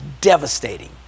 devastating